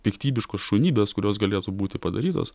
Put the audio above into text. piktybiškos šunybės kurios galėtų būti padarytos